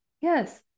yes